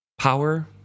Power